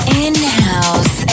in-house